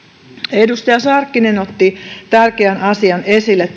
edustaja sarkkinen otti tärkeä asian esille